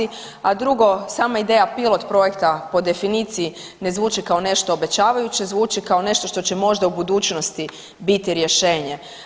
A drugo, sama ideja pilot projekta po definiciji ne zvuči kao nešto obećavajuće, zvuči kao nešto što će možda u budućnosti biti rješenje.